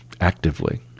actively